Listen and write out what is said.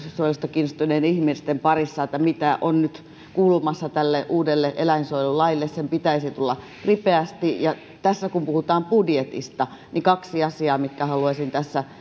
kiinnostuneiden ihmisten parissa että mitä on nyt kuulumassa tälle uudelle eläinsuojelulaille sen pitäisi tulla ripeästi ja tässä kun puhutaan budjetista niin kaksi asiaa mitkä haluaisin